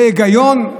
זה הגיוני?